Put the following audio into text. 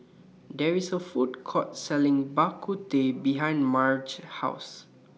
There IS A Food Court Selling Bak Kut Teh behind Marge's House